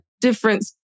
difference